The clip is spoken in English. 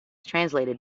translated